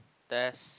test